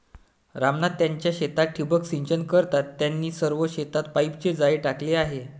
राम नाथ त्यांच्या शेतात ठिबक सिंचन करतात, त्यांनी सर्व शेतात पाईपचे जाळे टाकले आहे